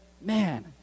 Man